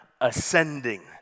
ascending